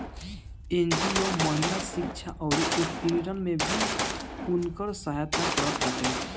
NGO महिला शिक्षा अउरी उत्पीड़न में भी उनकर सहायता करत बाटे